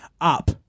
up